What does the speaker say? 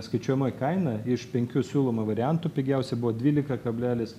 skaičiuojamoji kaina iš penkių siūlomų variantų pigiausia buvo dvylika kablelis